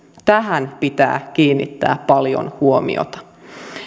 tähän pitää kiinnittää paljon huomiota